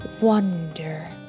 wonder